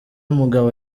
umugabo